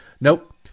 Nope